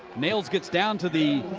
nails gets down to the